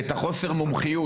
וחוסר מומחיות,